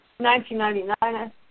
1999